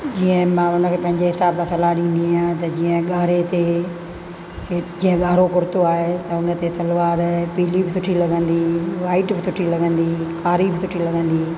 जीअं मां उन खे पंहिंजे हिसाब सां सलाह ॾींदी आहियां त जीअं ॻाढ़े ते जीअं ॻाढ़ो कुर्तो आहे त उन ते सलवार पीली बि सुठी लॻंदी वाइट बि सुठी लॻंदी कारी बि सुठी लॻंदी